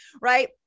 right